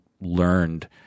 learned